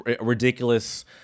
ridiculous